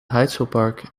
heizelpark